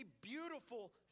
beautiful